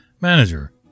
Manager